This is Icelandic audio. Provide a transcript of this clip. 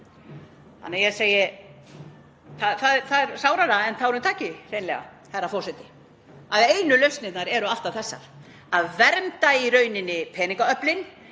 á starfsævinni. Það er sárara en tárum taki hreinlega, herra forseti, að einu lausnirnar eru alltaf þessar; að vernda í rauninni peningaöflin,